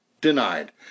denied